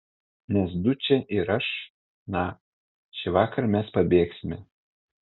nes dučė ir aš na šįvakar mes pabėgsime